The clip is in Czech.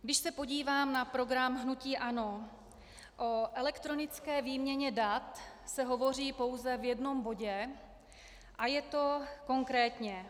Když se podívám na program hnutí ANO, o elektronické výměně dat se hovoří pouze v jednom bodě, a to konkrétně: